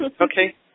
Okay